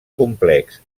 complex